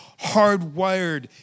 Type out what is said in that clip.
hardwired